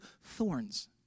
thorns